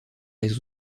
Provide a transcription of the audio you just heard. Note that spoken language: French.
les